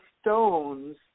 stones